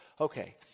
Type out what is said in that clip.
okay